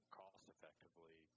cost-effectively